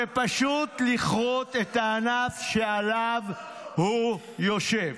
זה פשוט לכרות את הענף שעליו הוא יושב.